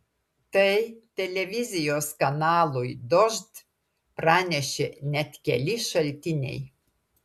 tai televizijos kanalui dožd pranešė net keli šaltiniai